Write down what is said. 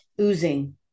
oozing